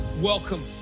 Welcome